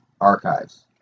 archives